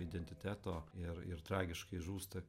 identiteto ir ir tragiškai žūsta